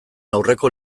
aurreko